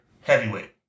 heavyweight